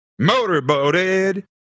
motorboated